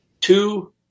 two